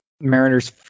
mariners